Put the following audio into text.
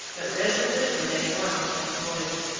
but resolutely they worked and toiled,